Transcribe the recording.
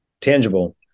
tangible